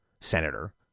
senator